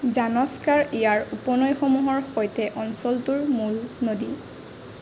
জানস্কাৰ ইয়াৰ উপনৈসমূহৰ সৈতে অঞ্চলটোৰ মূল নদী